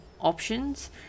options